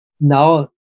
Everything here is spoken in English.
now